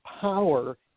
power